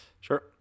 Sure